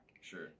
Sure